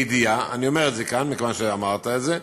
לידיעה, אני אומר את זה כאן מכיוון שאמרת את זה,